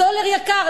הסולר יקר.